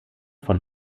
von